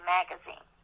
magazine